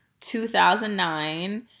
2009